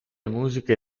musiche